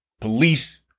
police